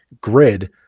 grid